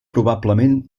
probablement